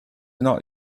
not